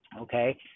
okay